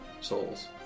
souls